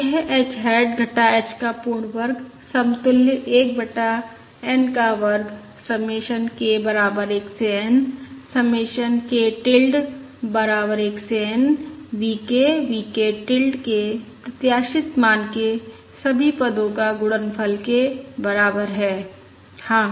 यह h hat घटा h का पूर्ण वर्ग समतुल्य 1 बटा N का वर्ग समेशन K बराबर 1 से N समेशन k टिल्ड बराबर 1 से N V k V k tilde के प्रत्याशित मान के सभी पदों का गुणनफल के बराबर है हाँ